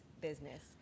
business